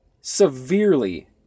severely